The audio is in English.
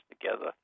together